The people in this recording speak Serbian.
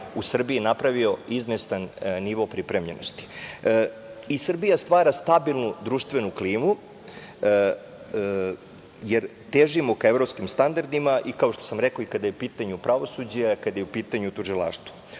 u Srbiji napravio izvestan nivo pripremljenosti. Srbija stvara stabilnu društvenu klimu, jer težimo ka evropskim standardima i kao što sam rekao, i kada je u pitanju pravosuđe i kada je u pitanju tužilaštvo.U